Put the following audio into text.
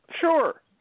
sure